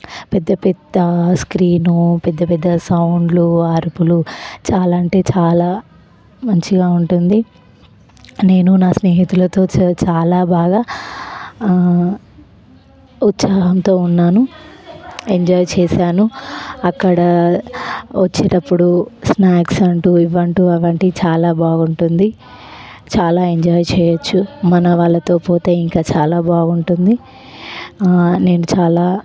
పెద్ద పెద్ద స్క్రీన్ పెద్ద పెద్ద సౌండ్లు అరుపులు చాలా అంటే చాలా మంచిగా ఉంటుంది నేను నా స్నేహితులతో చాలా బాగా ఉత్సాహంతో ఉన్నాను ఎంజాయ్ చేశాను అక్కడ వచ్చేటప్పుడు స్నాక్స్ అంటూ ఇవ్వంటూ అవ్వంటూ చాలా బాగుంటుంది చాలా ఎంజాయ్ చేయవచ్చు మన వాళ్ళతో పోతే ఇంకా చాలా బాగుంటుంది నేను చాలా